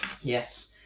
Yes